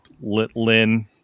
lynn